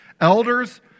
Elders